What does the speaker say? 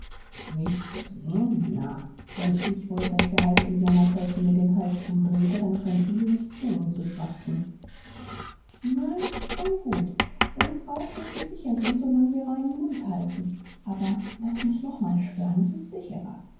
mich zwingen na wenn ich wollt daß der halbindianer teufel mir den hals umdrehte dann könnten sie mich zwingen zu schwatzen na s ist schon gut denk auch daß wir sicher sind so lang wir reinen mund halten aber laß uns nochmal schwören s ist sicherer